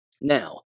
Now